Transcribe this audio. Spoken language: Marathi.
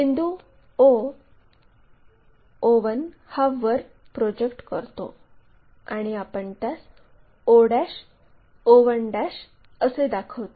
बिंदू o o1 हा वर प्रोजेक्ट करतो आणि आपण त्यास o o1 असे दाखवितो